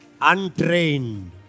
untrained